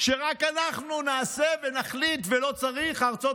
שרק אנחנו נעשה ונחליט ולא צריך את ארצות